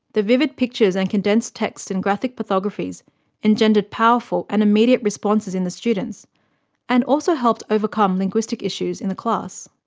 the vivid pictures and condensed texts in graphic pathographies engendered powerful and immediate responses in the students and also helped overcome linguistic issues in the class.